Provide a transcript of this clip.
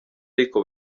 ariko